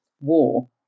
war